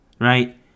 Right